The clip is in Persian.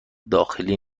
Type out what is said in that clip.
داخلی